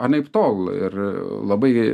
anaiptol ir labai